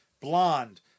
blonde